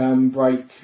break